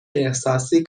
احساسی